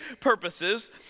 purposes